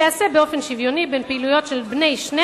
תיעשה באופן שוויוני בין פעילויות של בני שני